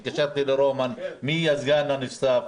התקשרתי לרומן: מי הסגן הנוסף?